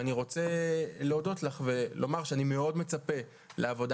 אני רוצה להודות לך ולומר שאני מאוד מצפה לעבודה